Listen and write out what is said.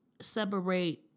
separate